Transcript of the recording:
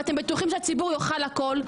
ואתם בטוחים שהציבור יאכל הכול.